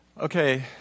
Okay